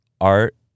art